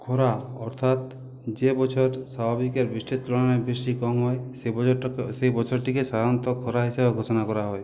খরা অর্থাৎ যে বছর স্বাভাবিকের বৃষ্টির তুলনায় বৃষ্টি কম হয় সেই বছরটাকে বছরটিকে সাধারণত খরা হিসাবে ঘোষণা করা হয়